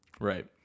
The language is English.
Right